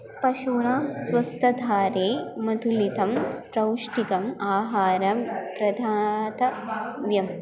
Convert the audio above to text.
पशूनां स्वस्थथारे मधुमिथं प्रौष्टिकम् आहारं प्रधातव्यम्